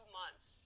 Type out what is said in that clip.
months